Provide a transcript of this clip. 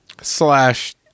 Slash